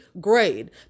grade